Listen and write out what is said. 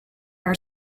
are